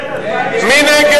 בל"ד,